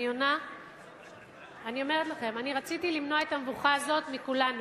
אני רציתי למנוע את המבוכה הזאת מכולנו,